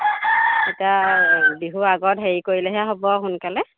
এতিয়া বিহু আগত হেৰি কৰিলেহে হ'ব আৰু সোনকালে